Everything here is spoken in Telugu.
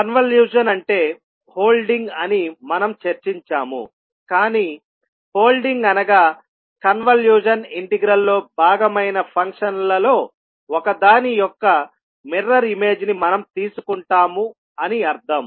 కన్వల్యూషన్ అంటే హోల్డింగ్ అని మనం చర్చించాము కానీ హోల్డింగ్ అనగా కన్వల్యూషన్ ఇంటిగ్రల్లో భాగమైన ఫంక్షన్లలో ఒకదాని యొక్క మిర్రర్ ఇమేజ్ ని మనం తీసుకుంటాము అని అర్థం